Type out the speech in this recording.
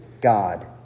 God